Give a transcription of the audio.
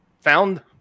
found